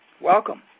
Welcome